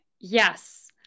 Yes